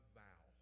vow